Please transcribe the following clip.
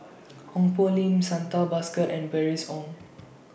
Ong Poh Lim Santha Bhaskar and Bernice Ong